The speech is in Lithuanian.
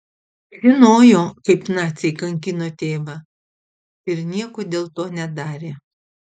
žinojo kaip naciai kankino tėvą ir nieko dėl to nedarė